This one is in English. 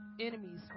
enemies